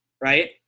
right